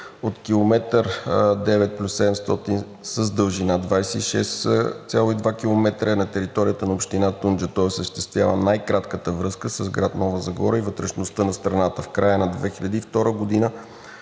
от км 9+700 с дължина 26,2 км е на територията на община „Тунджа“. Той осъществява най-кратката връзка с град Нова Загора и вътрешността на страната. В края на 2002 г.